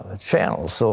ah channels. so